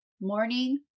morning